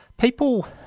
People